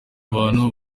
bantu